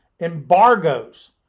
Embargoes